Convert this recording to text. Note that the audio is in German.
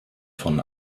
von